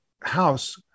house